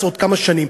עוד כמה שנים?